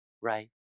right